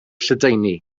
lledaenu